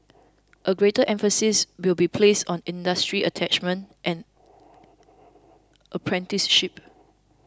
a greater emphasis will be placed on industry attachments and apprenticeships